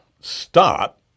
stop